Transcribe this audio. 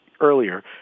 earlier